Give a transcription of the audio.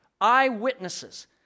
Eyewitnesses